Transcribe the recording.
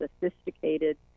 sophisticated